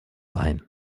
ein